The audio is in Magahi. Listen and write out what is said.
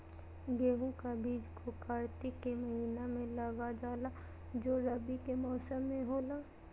गेहूं का बीज को कार्तिक के महीना में लगा जाला जो रवि के मौसम में होला